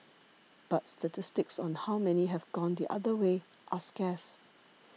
but statistics on how many have gone the other way are scarce